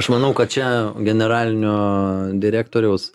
aš manau kad čia generalinio direktoriaus